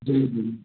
Jay Jhulelal